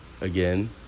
Again